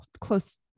close